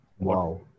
Wow